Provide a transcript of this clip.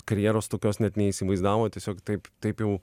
karjeros tokios net neįsivaizdavo tiesiog taip taip jau